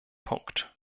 punkt